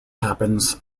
happens